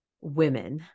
women